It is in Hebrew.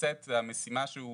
ולבצע את המשימה שהוא